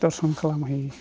दर्शन खालामहैयो